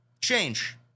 Change